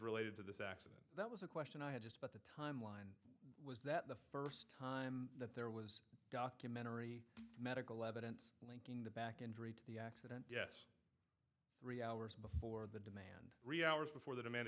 related to this accident that was a question i had just about the timeline was that the first time that there was documentary medical evidence linking the back injury to the accident yes three hours before the demand re hours before the demand